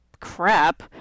crap